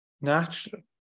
Natural